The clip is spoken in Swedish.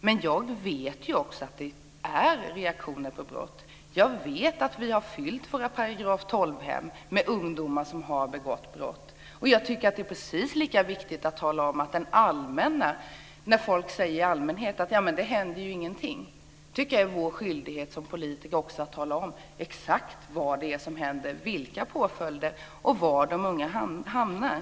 Men jag vet att det är reaktioner på brott. Jag vet att vi har fyllt våra § 12-hem med ungdomar som har begått brott. När folk i allmänhet säger att det inte händer någonting tycker jag att det är vår skyldighet som politiker att tala om exakt vad det är som händer, vilka påföljder det är och var de unga hamnar.